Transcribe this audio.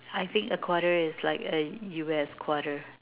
I think a quarter is like a U_S quarter